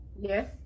Yes